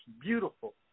beautiful